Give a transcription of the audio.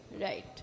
Right